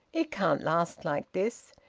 it can't last like this.